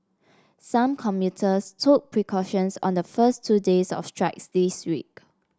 some commuters took precautions on the first two days of strikes this week